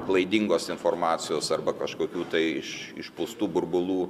klaidingos informacijos arba kažkokių tai iš išpūstų burbulų